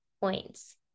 points